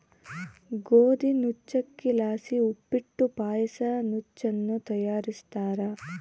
ಗೋದಿ ನುಚ್ಚಕ್ಕಿಲಾಸಿ ಉಪ್ಪಿಟ್ಟು ಪಾಯಸ ನುಚ್ಚನ್ನ ತಯಾರಿಸ್ತಾರ